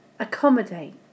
Accommodate